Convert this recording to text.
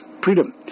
freedom